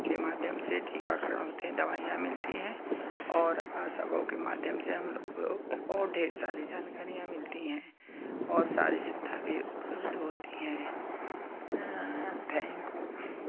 के माध्यम से टीकाकरण होते हैं दवाइयाँ मिलती हैं और आसा बहू के माध्यम से हम लोगों को बहुत ढेर सारी जानकारियाँ मिलती हैं और सारी सुविधा भी होती हैं थैंक यू